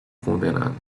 condenado